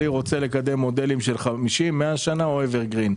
מודלים של 50, 100 שנה, או שכירות